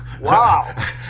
Wow